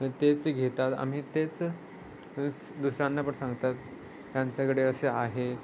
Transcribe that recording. तेच घेतात आम्ही तेच दुसऱ्यांना पण सांगतात त्यांच्याकडे असे आहे